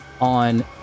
on